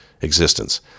existence